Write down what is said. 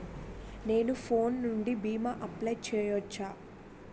నేను ఫోన్ నుండి భీమా అప్లయ్ చేయవచ్చా?